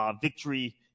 victory